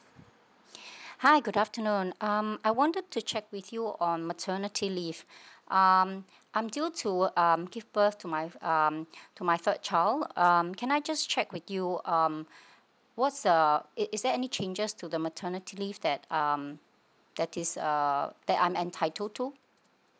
hi good afternoon um I wanted to check with you on maternity leave um I'm due to um give birth to my um to my third child um can I just check with you um what's the is is there any changes to the maternity leave that um that is uh that I'm entitled to